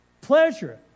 pleasure